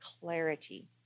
clarity